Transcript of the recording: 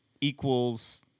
equals